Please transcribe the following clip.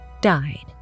died